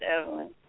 Evelyn